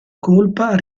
colpa